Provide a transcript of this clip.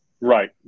right